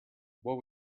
what